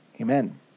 Amen